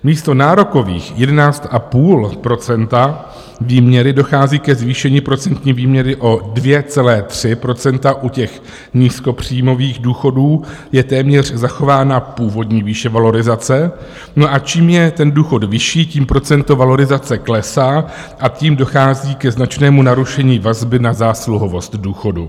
Místo nárokových 11,5 % výměry dochází ke zvýšení procentní výměry o 2,3 %, u těch nízkopříjmových důchodů je téměř zachována původní výše valorizace, no a čím je ten důchod vyšší, tím procento valorizace klesá a tím dochází ke značnému narušení vazby na zásluhovost důchodu.